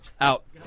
Out